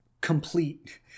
complete